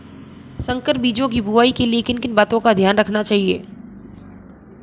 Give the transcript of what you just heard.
संकर बीजों की बुआई के लिए किन किन बातों का ध्यान रखना चाहिए?